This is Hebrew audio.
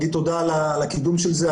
להגיד תודה על הקידום של זה,